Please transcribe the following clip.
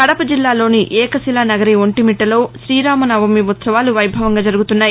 కడప జిల్లాలోని ఏకశిలానగరి ఒంటిమిట్లలో శీరామనవమి ఉత్సవాలు వైభవంగా జరుగుతున్నాయి